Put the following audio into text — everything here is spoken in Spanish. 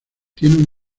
tienen